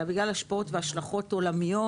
אלא בגלל השפעות והשלכות עולמיות